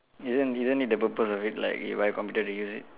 isn't isn't it the purpose of it like you buy computer to use it